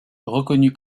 reconnue